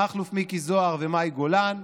מכלוף מיקי זוהר ומאי גולן,